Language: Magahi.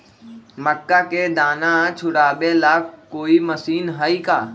मक्का के दाना छुराबे ला कोई मशीन हई का?